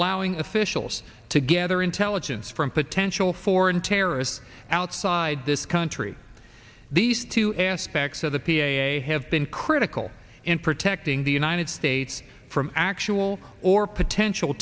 allowing officials to gather intelligence from potential foreign terrorists outside this country these two aspects of the p a a have been critical in protecting the united states from actual or potential